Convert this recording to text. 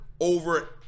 over